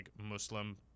Muslim